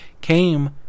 came